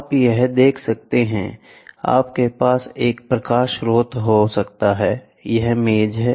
आप यहां देख सकते हैं आपके पास एक प्रकाश स्रोत हो सकता है यह मेज है